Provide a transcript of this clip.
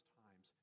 times